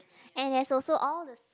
and there's also all the